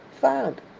found